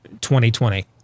2020